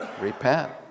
Repent